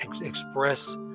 express